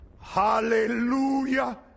Hallelujah